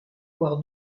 voir